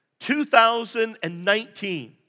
2019